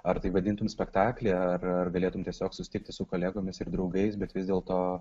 ar tai vadintum spektakly ar galėtum tiesiog susitikti su kolegomis ir draugais bet vis dėlto